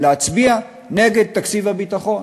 להצביע נגד תקציב הביטחון.